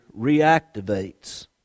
reactivates